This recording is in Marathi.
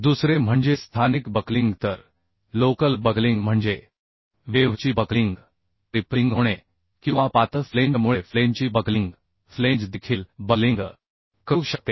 दुसरे म्हणजे स्थानिक बक्लिंग तर लोकल बकलिंग म्हणजे वेव्ह ची बकलिंग वे क्रिपलिंग होणे किंवा पातळ फ्लेंजमुळे फ्लेंजची बकलिंग फ्लेंज देखील बकलिंग करू शकते